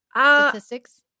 statistics